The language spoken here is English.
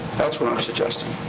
that's what i'm suggesting.